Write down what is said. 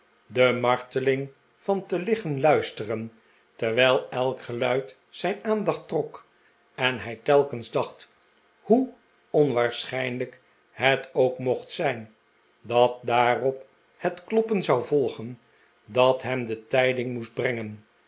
de marteling van te liggen luisteren terwijl elk geluid zijn aandacht trok en hij telkens dacht hoe onwaarschijnlijk het ook mocht zijn dat daarop het kloppen zou volgen dat hem de tijding moest brengen